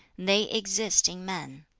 they exist in men.